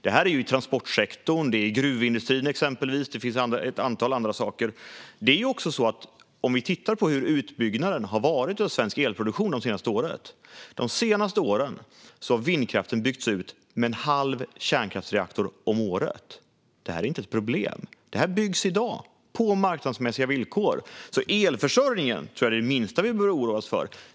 Det här handlar om transportsektorn, gruvindustrin och ett antal andra saker. Om vi tittar på hur utbyggnaden av svensk elproduktion har varit under de senaste åren ser vi att vindkraften har byggts ut med en halv kärnkraftsreaktor om året. Det här är inte ett problem, och det byggs i dag på marknadsmässiga villkor. Elförsörjningen tror jag alltså är det minsta vi behöver oroa oss för.